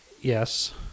Yes